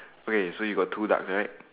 okay so you got two ducks right